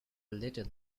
little